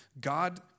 God